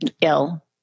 ill